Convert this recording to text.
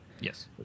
Yes